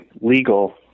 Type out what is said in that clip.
legal